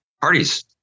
parties